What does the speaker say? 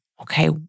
okay